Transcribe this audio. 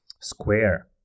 Square